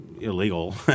illegal